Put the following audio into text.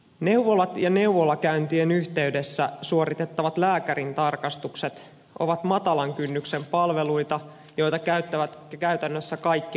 neuvolat ja neuvolakäyntien yhteydessä suoritettavat lääkärintarkastukset ovat matalan kynnyksen palveluita joita käyttävät käytännössä kaikki lapsiperheet